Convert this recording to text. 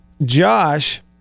Josh